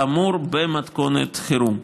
כאמור במתכונת חירום.